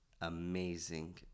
amazing